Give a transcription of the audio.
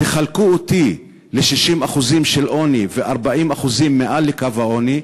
תחלקו אותי ל-60% של עוני ו-40% מעל לקו העוני,